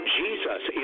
jesus